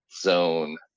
zone